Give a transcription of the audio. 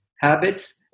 habits